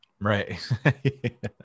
Right